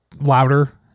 louder